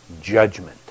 judgment